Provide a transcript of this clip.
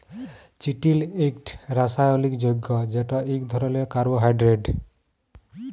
চিটিল ইকট রাসায়লিক যগ্য যেট ইক ধরলের কার্বোহাইড্রেট